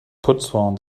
putzfrauen